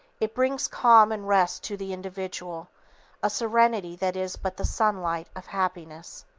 it brings calm and rest to the individual a serenity that is but the sunlight of happiness.